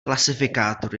klasifikátor